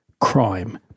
crime